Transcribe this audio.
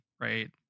right